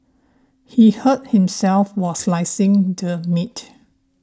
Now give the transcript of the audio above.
he hurt himself while slicing the meat